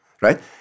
right